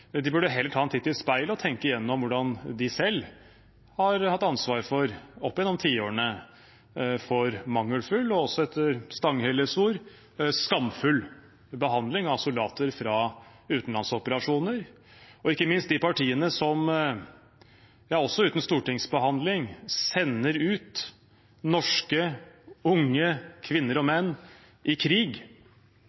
De burde heller ta en titt i speilet og tenke igjennom hvordan de selv opp gjennom tiårene har hatt ansvar for mangelfull og – også Stanghelles ord – skammelig behandling av soldater fra utenlandsoperasjoner. Og ikke minst de partiene som, også uten stortingsbehandling, sender ut unge norske kvinner og